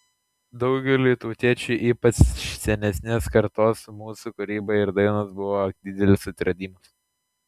daugeliui tautiečių ypač senesnės kartos mūsų kūryba ir dainos buvo didelis atradimas